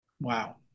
Wow